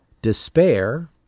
despair